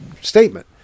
statement